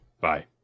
Bye